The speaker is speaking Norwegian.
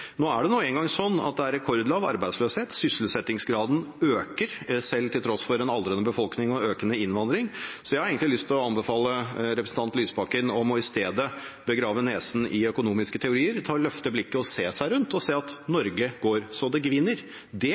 Nå er det nå engang sånn at det er rekordlav arbeidsledighet, og sysselsettingsgraden øker, til tross for en aldrende befolkning og økende innvandring, så jeg har egentlig lyst til å anbefale representanten Lysbakken i stedet for å begrave nesen i økonomiske teorier, å løfte blikket og se seg rundt, og se at Norge går så det gviner. Det